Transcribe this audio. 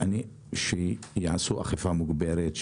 שיעשו אכיפה מוגברת,